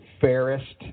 fairest